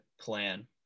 plan